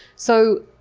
so,